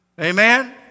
Amen